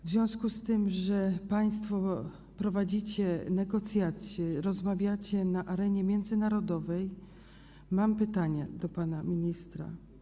W związku z tym, że państwo prowadzicie negocjacje, rozmawiacie na arenie międzynarodowej, mam pytania do pana ministra: